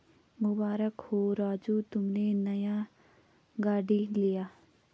मुबारक हो राजू तुमने नया गाड़ी लिया